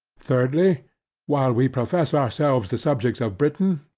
thirdly while we profess ourselves the subjects of britain,